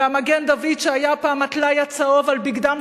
והמגן-דוד שהיה פעם הטלאי הצהוב על בגדם